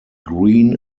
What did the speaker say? green